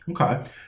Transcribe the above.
okay